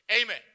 Amen